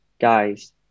guys